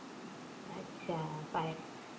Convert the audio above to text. अच्छा पायल